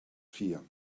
fear